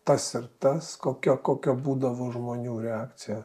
tas ir tas kokia kokia būdavo žmonių reakcija